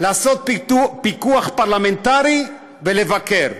לעשות פיקוח פרלמנטרי ולבקר.